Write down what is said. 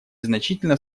значительно